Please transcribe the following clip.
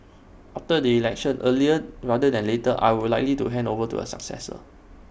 after the election earlier rather than later I would likely to hand over to A successor